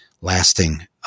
lasting